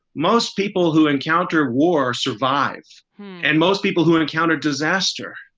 most people who encounter war survivors and most people who encountered disaster,